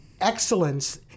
excellence